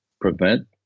prevent